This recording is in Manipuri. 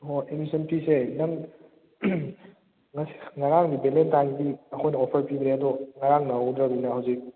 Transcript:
ꯍꯣꯏ ꯑꯦꯗꯃꯤꯁꯟ ꯐꯤꯁꯦ ꯅꯪ ꯉꯔꯥꯡꯗꯤ ꯚꯦꯂꯦꯟꯇꯥꯏꯟꯒꯤ ꯑꯩꯈꯣꯏꯅ ꯑꯣꯐꯔ ꯄꯤꯕꯅꯦ ꯑꯗꯣ ꯉꯔꯥꯡ ꯅꯪꯍꯧꯗ꯭ꯔꯕꯅꯤꯅ ꯍꯧꯖꯤꯛ